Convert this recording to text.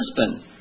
husband